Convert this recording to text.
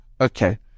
Okay